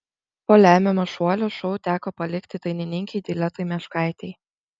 po lemiamo šuolio šou teko palikti dainininkei diletai meškaitei